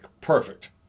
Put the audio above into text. Perfect